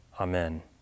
Amen